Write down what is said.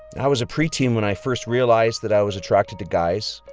i was a preteen when i first realized that i was attracted to guys.